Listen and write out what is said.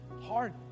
Hard